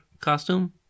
costume